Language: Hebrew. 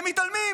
הם מתעלמים,